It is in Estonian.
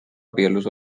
abielus